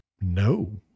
No